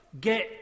get